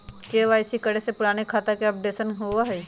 KYC करें से पुराने खाता के अपडेशन होवेई?